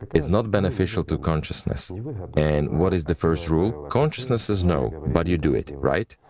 it's not beneficial to consciousness. and what is the first rule? consciousness says no, but you do it. right?